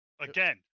again